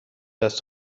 دست